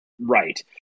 right